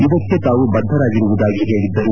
ಇದಕ್ಕೆ ತಾವು ಬದ್ದರಾಗಿರುವುದಾಗಿ ಹೇಳದ್ದರು